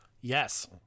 Yes